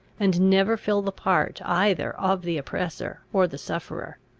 and never fill the part either of the oppressor or the sufferer.